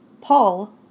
Paul